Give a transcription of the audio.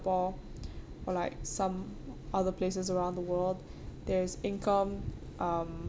singapore or like some other places around the world there is income um